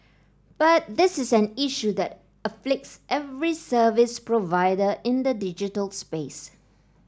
but this is an issue that afflicts every service provider in the digital space